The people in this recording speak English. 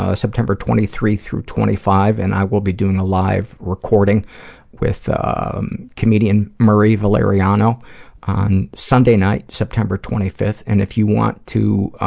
ah september twenty three twenty five and i will be doing a live recording with um, comedian murray valeriano on sunday night, september twenty fifth and if you want to, ah,